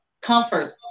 comfort